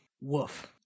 woof